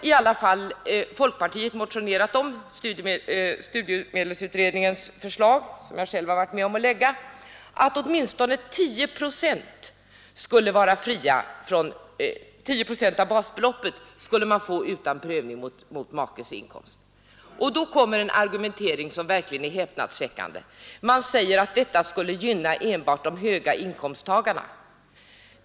I enlighet med studiemedelsutredningens förslag, som jag själv har varit med om att lägga fram, har folkpartiet motionerat om att åtminstone 10 procent av basbeloppet skulle utgå utan prövning mot makes inkomst. Då kommer en argumentering från utskottet som verkligen är häpnadsväckande. Man säger att detta skulle gynna enbart de höga inkomsttagarna.